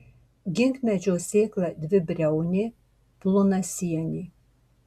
ginkmedžio sėkla dvibriaunė plonasienė